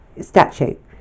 statute